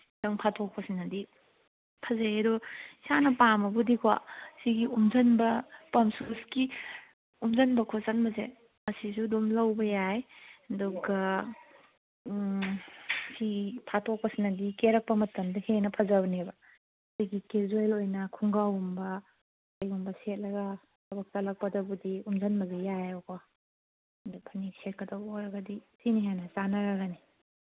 ꯈꯤꯇꯪ ꯐꯥꯠꯇꯣꯛꯄꯁꯤꯅꯗꯤ ꯐꯖꯩ ꯑꯗꯣ ꯏꯁꯥꯅ ꯄꯥꯝꯃꯕꯨꯗꯤꯀꯣ ꯁꯤꯒꯤ ꯎꯝꯖꯤꯟꯕ ꯄꯝ ꯁꯨꯁꯀꯤ ꯎꯝꯖꯤꯟꯕ ꯈꯣꯠꯆꯤꯟꯕꯁꯦ ꯑꯁꯤꯁꯨ ꯑꯗꯨꯝ ꯂꯧꯕ ꯌꯥꯏ ꯑꯗꯨꯒ ꯁꯤ ꯐꯥꯠꯇꯣꯛꯄꯁꯤꯅꯗꯤ ꯀꯦꯔꯛꯄ ꯃꯇꯝꯗ ꯍꯦꯟꯅ ꯐꯖꯕꯅꯦꯕ ꯀꯦꯖ꯭ꯋꯦꯜ ꯑꯣꯏꯅ ꯈꯣꯡꯒꯥꯎꯒꯨꯝꯕ ꯀꯩꯒꯨꯝꯕ ꯁꯦꯠꯂꯒ ꯆꯠꯂꯛꯄꯗꯕꯨꯗꯤ ꯎꯝꯖꯤꯟꯕꯁꯦ ꯌꯥꯏꯌꯦꯕꯀꯣ ꯑꯗꯨ ꯐꯅꯦꯛ ꯁꯦꯠꯀꯗꯧ ꯑꯣꯏꯔꯒꯗꯤ ꯁꯤꯅ ꯍꯦꯟꯅ ꯆꯥꯅꯔꯒꯅꯤ